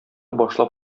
башлап